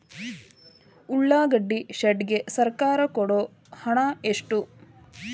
ಉಳ್ಳಾಗಡ್ಡಿ ಶೆಡ್ ಗೆ ಸರ್ಕಾರ ಕೊಡು ಹಣ ಎಷ್ಟು?